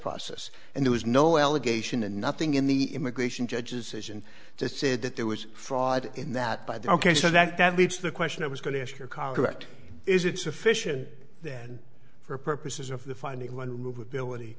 process and there was no allegation and nothing in the immigration judges and just said that there was fraud in that by the ok so that that leads to the question i was going to ask your contact is it sufficient then for purposes of the finding one remove ability